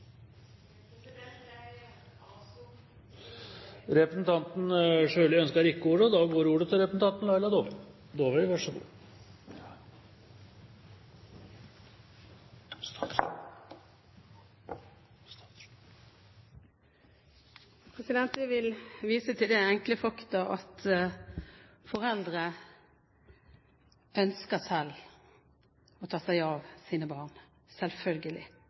representanten Kolbergs tale på Arbeiderpartiets landsmøte nok var noe upresist gjengitt. Sitater bør være presise. Jeg vil vise til det enkle faktum at foreldre ønsker selv å ta seg av sine barn – selvfølgelig.